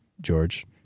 George